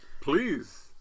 Please